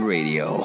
Radio